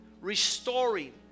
restoring